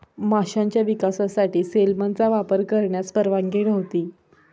माशांच्या विकासासाठी सेलमनचा वापर करण्यास परवानगी नव्हती